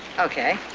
okay.